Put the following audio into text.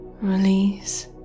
release